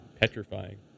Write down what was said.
petrifying